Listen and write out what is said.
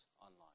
online